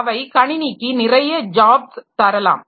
அவை கணினிக்கு நிறைய ஜாப்ஸ் தரலாம்